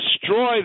Destroy